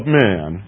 man